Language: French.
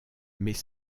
mais